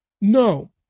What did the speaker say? No